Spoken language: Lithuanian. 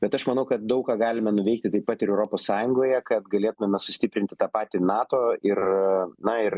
bet aš manau kad daug ką galime nuveikti taip pat ir europos sąjungoje kad galėtumėme sustiprinti tą patį nato ir na ir